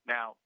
Now